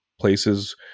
places